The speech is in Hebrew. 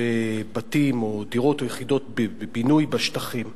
בתים או דירות או יחידות בינוי בשטחים,